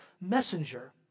messenger